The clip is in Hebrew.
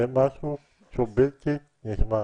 זה משהו שהוא בלתי נסבל.